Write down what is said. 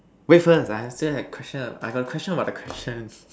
wait first ah I still I got question about the question